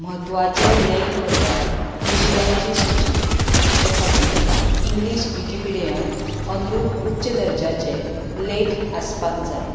म्हत्वाचे लेख म्हणल्यार विशयांची सुची तिचे खातीर इंग्लीश विकिपीडियांत अनुरूप उच्च दर्जाचे लेख आसपाक जाय